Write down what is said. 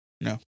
No